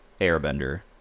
airbender